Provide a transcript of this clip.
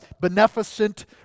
beneficent